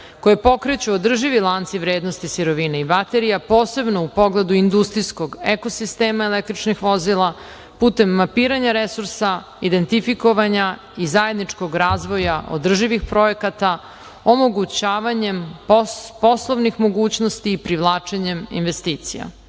koji pokreću održivi lanci vrednosti sirovine i baterija, posebno u pogledu industrijskog ekosistema električnih vozila, putem mapiranja resursa, identifikovanja i zajedničkog razvoja održivih projekata, omogućavanjem poslovnih mogućnosti i privlačenjem investicija. Pod